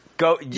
go